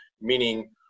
Meaning